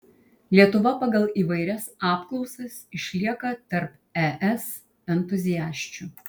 lietuva pagal įvairias apklausas išlieka tarp es entuziasčių